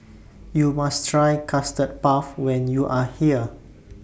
YOU must Try Custard Puff when YOU Are here